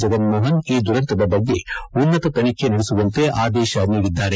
ಜಗನ್ಮೋಹನ್ ಈ ದುರಂತದ ಬಗ್ಗೆ ಉನ್ನತ ತನಿಖೆ ನಡೆಸುವಂತೆ ಆದೇಶಿಸಿದ್ದಾರೆ